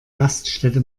raststätte